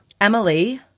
Emily